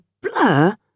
blur